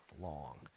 long